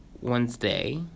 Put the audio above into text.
Wednesday